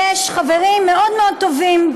יש חברים מאוד מאוד טובים,